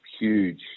huge